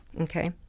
Okay